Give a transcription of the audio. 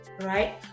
right